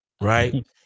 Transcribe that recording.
right